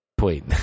Wait